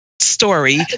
story